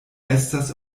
estas